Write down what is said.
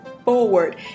forward